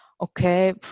okay